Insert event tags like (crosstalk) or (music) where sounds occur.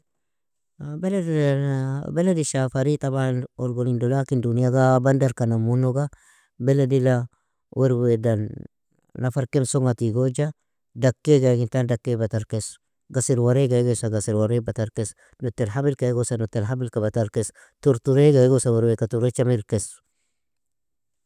(hesitation) beledila (unintelligible) beledi shafari taban orgon indolakin duniaga bandarka namunoga, beledila, werweadan nafar kemsonga tigoja, dakiega igintan dakie batarkesu, gasir wareega igosa gasir waree batarkesu, nutelhabilka igosa nutelhabilka batarkesu, turtureega igosa werweaka turecha mirkesu.